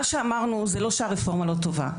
מה שאמרנו זה לא שהרפורמה לא טובה.